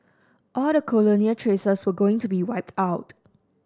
all the colonial traces were going to be wiped out